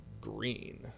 green